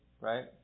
right